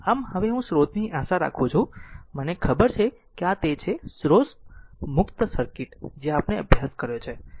આમ હવે હું સ્રોતની આશા રાખું છું મને ખબર છે કે આ તે છે સોર્સ મુક્ત સર્કિટ જે આપણે અભ્યાસ કર્યો છે